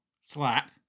Slap